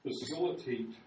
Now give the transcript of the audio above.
facilitate